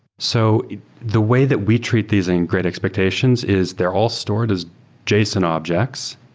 so the way that we treat these in great expectations is they're all stored as json objects.